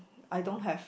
I don't have